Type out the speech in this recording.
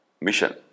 mission